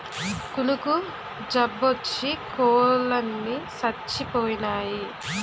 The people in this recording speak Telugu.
కునుకు జబ్బోచ్చి కోలన్ని సచ్చిపోనాయి